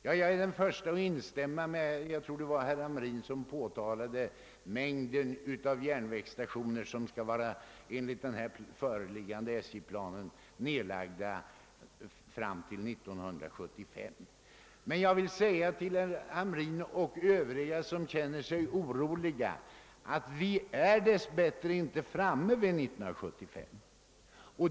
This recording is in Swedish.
Jag är den förste att instämma med herr Hamrin i Kalmar — jag tror att det var han som påtalade saken — i fråga om den mängd av järnvägsstationer som enligt den föreliggande SJ-planen skall vara nedlagda fram till 1975. Men jag vill säga till herr Hamrin i Kalmar och övriga som känner sig oroliga, att vi dess bättre inte är framme vid 1975.